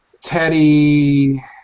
Teddy